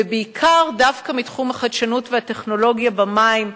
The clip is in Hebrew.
ובעיקר דווקא מתחום החדשנות והטכנולוגיה במים,